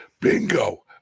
Bingo